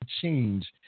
change